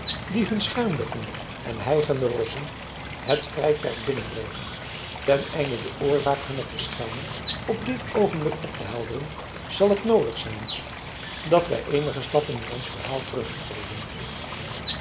die hun schuimbekkende en hijgende rossen het strijdperk binnendreven ten einde de oorzaak hunner verschijning op dit oogenblik op te helderen zal het noodig zijn dat wij eenige stappen in ons verhaal